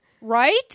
right